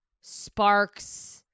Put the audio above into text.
sparks